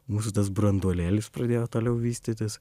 mūsų tas branduolėlis pradėjo toliau vystytis